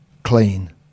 Clean